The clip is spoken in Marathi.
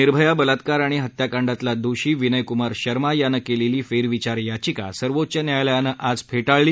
निर्भया बलात्कार आणि हत्याकांडातला दोषी विनयक्मार शर्मा यानं केलेली फेरविचार याचिका सर्वोच्च न्यायालयानं आज फेटाळली